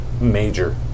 major